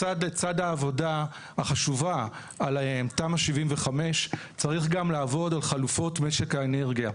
לצד העבודה החשובה על תמ"א/ 75 צריך גם לעבוד על חלופות משק האנרגיה.